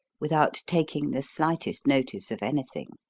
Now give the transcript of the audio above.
without taking the slightest notice of anything,